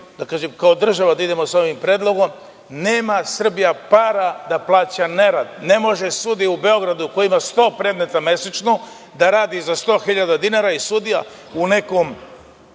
kao država sa ovim predlogom. Nema Srbija para da plaća nerad. Ne može sudija u Beogradu koji ima 100 predmeta mesečno da radi za 100.000 dinara i sudija u nekom